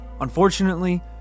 unfortunately